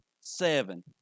seven